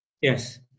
Yes